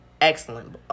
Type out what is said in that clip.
Excellent